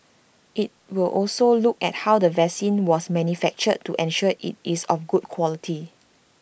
IT will also look at how the vaccine was manufactured to ensure IT is of good quality